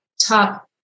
top